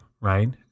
Right